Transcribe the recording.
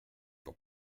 pour